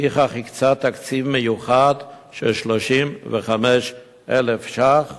ולפיכך הקצה תקציב מיוחד של 35,000 ש"ח